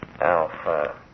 Alpha